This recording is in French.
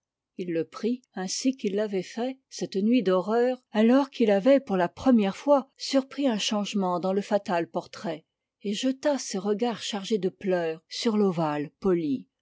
il le prit ainsi qu'il l'avait fait cette nuit d'horreur alors qu'il avait pour la première fois surpris un changement dans le fatal portrait et jeta ses regards chargés de pleurs sur l'ovale poli